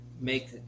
make